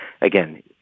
again